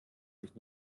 sich